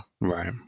right